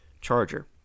Charger